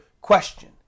question